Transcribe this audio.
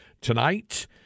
Tonight